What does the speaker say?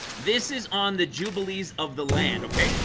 this is on the jubilees of the land. okay,